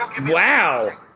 Wow